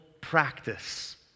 practice